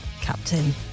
Captain